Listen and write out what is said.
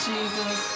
Jesus